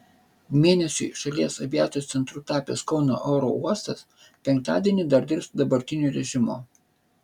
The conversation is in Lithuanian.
mėnesiui šalies aviacijos centru tapęs kauno oro uostas penktadienį dar dirbs dabartiniu režimu